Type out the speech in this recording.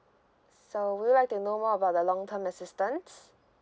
so would you like to know more about the long term assistance